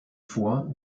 vor